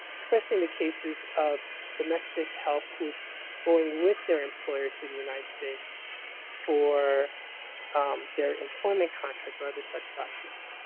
especially in the cases of domestic help who's going with their employer to the united states for um their employment contract or other such documents.